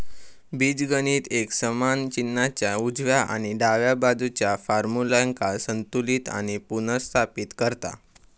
बीजगणित एक समान चिन्हाच्या उजव्या आणि डाव्या बाजुच्या फार्म्युल्यांका संतुलित आणि पुनर्स्थापित करता